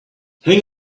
hang